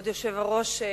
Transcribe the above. כבוד היושב-ראש,